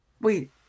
Wait